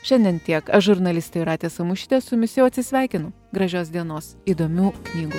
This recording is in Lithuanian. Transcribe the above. šiandien tiek žurnalistė aš jūratė samušytė su jumis jau atsisveikinu gražios dienos įdomių knygų